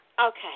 Okay